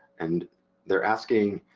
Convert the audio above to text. and they're asking,